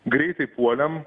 greitai puolėm